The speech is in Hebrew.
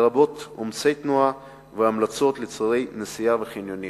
לרבות עומסי תנועה והמלצות לצירי נסיעה וחניונים.